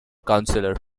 councillor